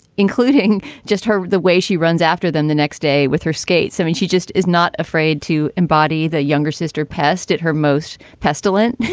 including just her, the way she runs after them the next day with her skates. i mean, she just is not afraid to embody. the younger sister passed at her most pestilent.